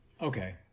Okay